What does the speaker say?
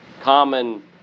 common